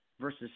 versus